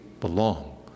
belong